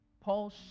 Paul